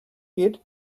geht